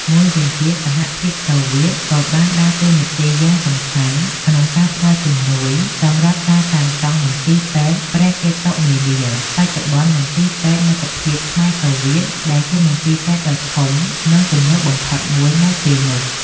មួយវិញទៀត សហភាពសូវៀតក៏បានដើរតួនាទីយ៉ាងសំខាន់ក្នុងការផ្តល់ជំនួយសម្រាប់ការសាងសង់ មន្ទីរពេទ្យព្រះកេតុមាលា បច្ចុប្បន្នមន្ទីរពេទ្យមិត្តភាពខ្មែរ-សូវៀត ដែលជាមន្ទីរពេទ្យដ៏ធំ និងទំនើបបំផុតមួយនៅពេលនោះ។